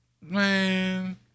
Man